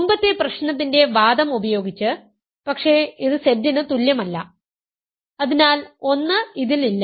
മുമ്പത്തെ പ്രശ്നത്തിൻറെ വാദം ഉപയോഗിച്ച് പക്ഷേ ഇത് Z ന് തുല്യമല്ല അതിനാൽ 1 ഇതിൽ ഇല്ല